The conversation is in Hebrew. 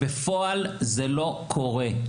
בפועל זה לא קורה.